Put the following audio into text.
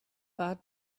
but